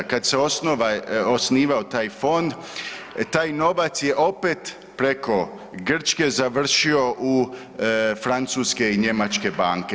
Kad se osnova, osnivao taj fond, taj novac je opet preko Grčke završio u francuske i njemačke banke.